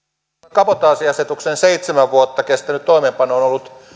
kabotaasiasetuksen seitsemän vuotta kestänyt toimeenpano on ollut